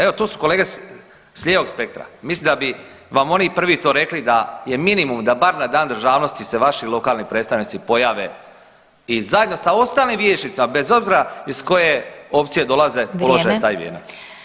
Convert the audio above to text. Evo tu su kolege s lijevog spektra, mislim da bi vam oni prvi to rekli da je minimum da bar na Dan državnosti se vaši lokalni predstavnici pojave i zajedno sa ostalim vijećnicima bez obzira iz koje opcije dolaze polože taj vijenac.